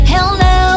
Hello